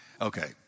Okay